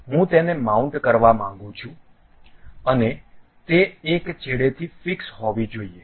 હું તેને માઉન્ટ કરવા માંગુ છું અને તે એક છેડેથી ફિક્સ હોવી જોઈએ